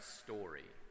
story